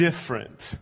different